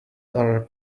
are